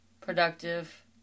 Productive